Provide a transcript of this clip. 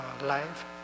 life